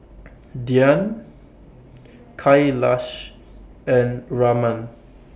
Dhyan Kailash and Raman